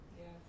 Yes